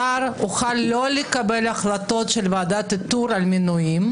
שר יוכל לא לקבל החלטות של ועדת איתור לגבי מינויים,